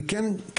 אני כן,